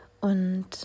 und